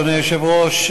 אדוני היושב-ראש,